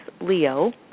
Leo